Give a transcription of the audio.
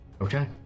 Okay